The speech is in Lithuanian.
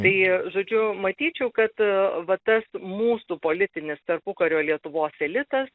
tai žodžiu matyčiau kad va tas mūsų politinis tarpukario lietuvos elitas